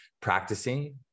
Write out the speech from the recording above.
practicing